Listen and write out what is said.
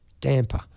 damper